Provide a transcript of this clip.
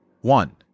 one